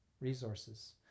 resources